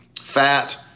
fat